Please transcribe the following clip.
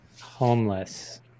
Homeless